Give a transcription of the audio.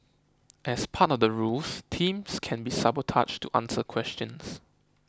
as part of the rules teams can be sabotaged to answer questions